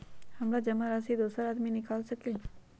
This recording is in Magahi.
हमरा जमा राशि दोसर आदमी निकाल सकील?